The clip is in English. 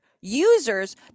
users